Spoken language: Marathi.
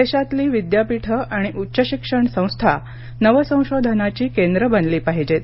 देशातली विद्यापीठं आणि उच्च शिक्षण संस्था नवसंशोधनाची केंद्रं बनली पाहिजेत